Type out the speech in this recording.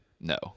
No